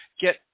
get